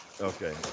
Okay